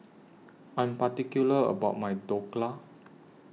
I Am particular about My Dhokla